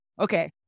Okay